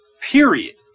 period